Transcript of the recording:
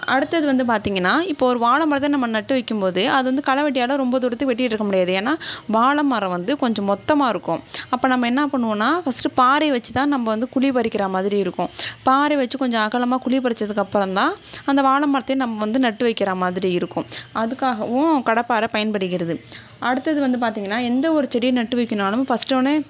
அடுத்தது வந்து பார்த்தீங்கனா இப்போ ஒரு வாழமரத்தை நம்ம நட்டு வைக்கும்போது அது வந்து களைவெட்டியோட ரொம்ப தூரத்துக்கு வெட்டிகிட்டு இருக்க முடியாது ஏன்னா வாழைமரம் வந்து கொஞ்சம் மொத்தமாக இருக்கும் அப்போ நம்ம என்ன பண்ணுவோனா ஃபர்ஸ்ட்டு பாரையை வச்சுதான் நம்ப வந்து குழிப்பறிக்கிறா மாதிரி இருக்கும் பாரைய வச்சு கொஞ்சம் அகலமாக குழி பறிச்சதுக்கு அப்புறோந்தான் அந்த வாழை மரத்தையே நம்ம வந்து நட்டு வைக்கிறா மாதிரி இருக்கும் அதுக்காகவும் கடப்பார பயன்படுகிறது அடுத்தது வந்து பார்த்தீங்கனா எந்த ஒரு செடியை நட்டு வைக்கணுன்னாலும் ஃபர்ஸ்ட்டு